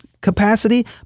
capacity